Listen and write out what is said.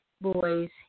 boys